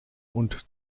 und